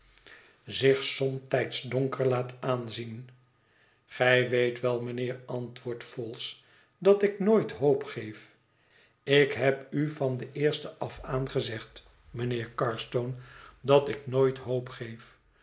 zich somtijds donker laat aanzien gij weet wel mijnheer antwoordt vholes dat ik nooit hoop geef ik heb u van den eersten af aan gezegd mijnheer carstone dat ik nooit hoop geef